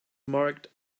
marked